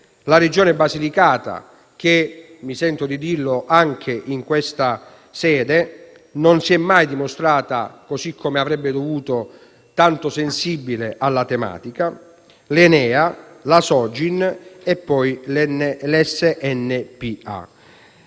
la Regione Basilicata, che - mi sento di dirlo anche in questa sede - non si è mai dimostrata, così come avrebbe dovuto, tanto sensibile alla tematica; e poi l'ENEA, la Sogin e l'SNPA.